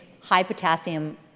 high-potassium